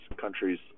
countries